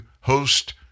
host